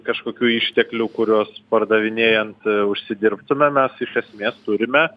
kažkokių išteklių kuriuos pardavinėjant užsidirbtume mes iš esmės turime